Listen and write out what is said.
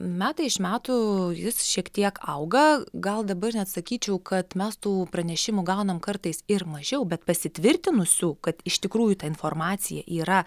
metai iš metų jis šiek tiek auga gal dabar net sakyčiau kad mes tų pranešimų gaunam kartais ir mažiau bet pasitvirtinusių kad iš tikrųjų ta informacija yra